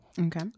Okay